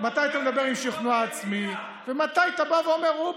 מתי אתה מדבר עם שכנוע עצמי ומתי אתה בא ואומר: אופס,